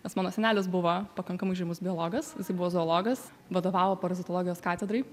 nes mano senelis buvo pakankamai žymus biologas jisai buvo zoologas vadovavo parazitologijos katedrai